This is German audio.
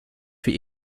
für